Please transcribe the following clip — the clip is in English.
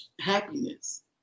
happiness